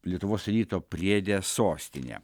lietuvos ryto priede sostinė